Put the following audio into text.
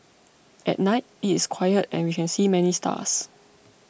at night it is quiet and we can see many stars